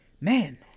Man